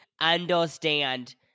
understand